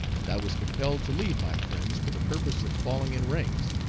and i was compelled to leave my friends for the purpose of falling in ranks,